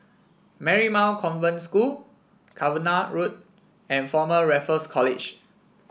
Marymount Convent School Cavenagh Road and Former Raffles College